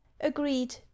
agreed